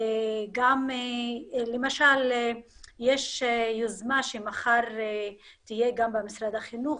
למשל יש יוזמה שמחר תהיה גם במשרד החינוך,